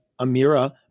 Amira